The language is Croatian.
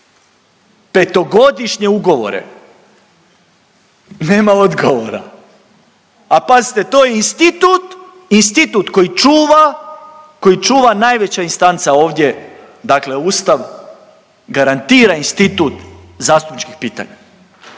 5-godišnje ugovore. Nema odgovora. A pazite, to je institut, institut koji čuva, koji čuva najveća instanca ovdje, dakle Ustav, garantira institut zastupničkih pitanja